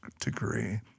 degree